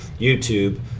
youtube